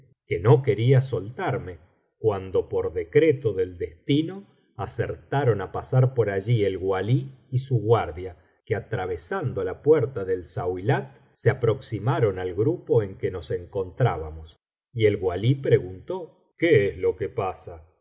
noche no quería soltarme cuando por decreto del destino acertaron á pasar por allí el walí y su guardia que atravesando la puerta de zauilat se aproximaron al grupo en que nos encontrábamos y el walí preguntó qué es lo que pasa